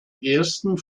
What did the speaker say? ersten